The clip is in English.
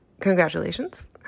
congratulations